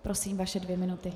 Prosím, vaše dvě minuty.